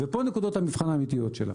ופה נקודות המבחן האמיתיות שלה.